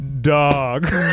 dog